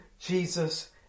Jesus